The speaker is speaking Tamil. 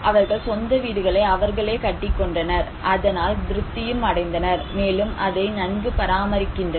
அவர்கள் சொந்த வீடுகளை அவர்களே கட்டிக்கொண்டனர் அதனால் திருப்தியும் அடைந்தனர் மேலும் அதை நன்கு பராமரிக்கின்றனர்